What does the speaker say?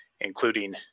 including